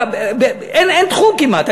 אין תחום כמעט,